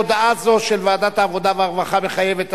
הודעה זו של ועדת העבודה והרווחה מחייבת הצבעה,